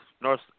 North